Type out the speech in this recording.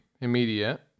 immediate